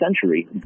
century